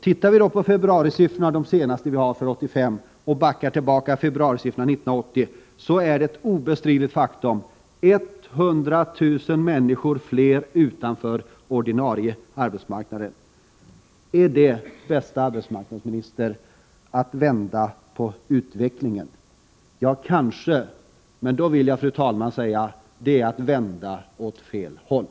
Tittar man på februarisifforna — det är de senaste vi har för 1985 — och jämför med februarisiffrorna 1980, finner man att det nu är 100 000 människor fler som är utanför den ordinarie arbetsmarknaden. Det är ett obestridligt faktum. Är det, bästa arbetsmarknadsministern, att vända på utvecklingen? Ja kanske, men då vill jag, fru talman, säga att det är att vända den åt fel håll!